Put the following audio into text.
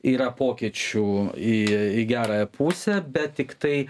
yra pokyčių į gerąją pusę bet tiktai